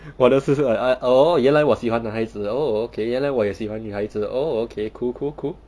我的是 like oh 原来我喜欢男孩子 ah oh 原来我也喜欢女孩子 oh okay cool cool cool